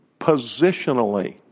positionally